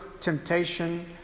Temptation